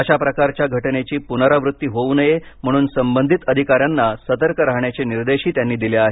अशा प्रकारच्या घटनेची पुनरावृत्ती होऊ नये म्हणून संबंधित अधिकाऱ्यांना सतर्क राहण्याचे निर्देशही त्यांनी दिले आहेत